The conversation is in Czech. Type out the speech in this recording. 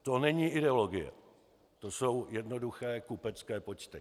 To není ideologie, to jsou jednoduché kupecké počty.